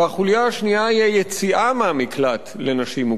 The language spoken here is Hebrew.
והחוליה השנייה היא היציאה מהמקלט לנשים מוכות.